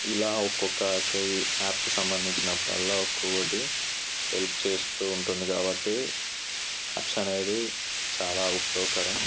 ఇలా ఒకొక్క యాప్కి సంబంధించినప్పుడల్లా ఒక్కోటి హెల్ప్ చేస్తూ ఉంటుంది కాబట్టి యాప్స్ అనేవి చాలా ఉపయోగకరం